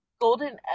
golden